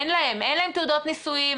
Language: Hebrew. אין להם תעודות נישואים,